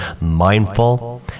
mindful